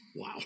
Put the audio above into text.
Wow